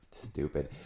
stupid